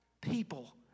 people